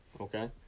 okay